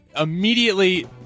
immediately